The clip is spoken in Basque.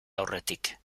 aurretik